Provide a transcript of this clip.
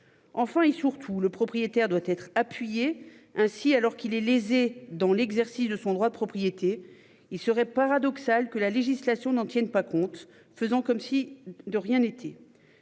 Enfin et surtout le propriétaire doit être appuyé ainsi alors qu'il est lésé dans l'exercice de son droit de propriété, il serait paradoxal que la législation n'en tiennent pas compte. Faisant comme si de rien n'était.